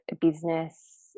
business